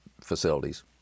facilities